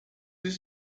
his